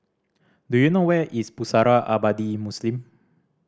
do you know where is Pusara Abadi Muslim